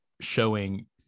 showing